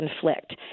conflict